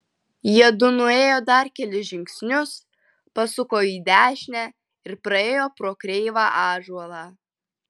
jiedu nuėjo dar kelis žingsnius pasuko į dešinę ir praėjo pro kreivą ąžuolą